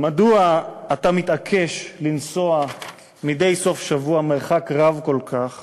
"מדוע אתה מתעקש לנסוע מדי סוף שבוע מרחק רב כל כך